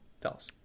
fellas